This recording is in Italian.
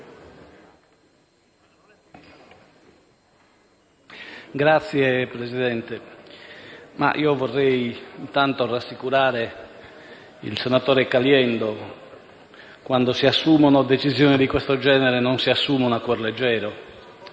Signor Presidente, vorrei intanto rassicurare il senatore Caliendo. Quando si assumono decisioni di questo genere non si assumono a cuor leggero.